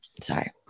sorry